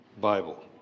Bible